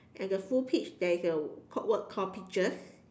and the full peach there is a called word called peaches